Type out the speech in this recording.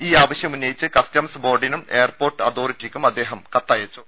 ഈ ആവശ്യമുന്നയിച്ച് കസ്റ്റംസ് ബോർഡിനും എയർപോർട്ട് അതോറിറ്റിക്കും അദ്ദേഹം കത്തയച്ചു